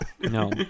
No